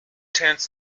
tends